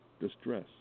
distress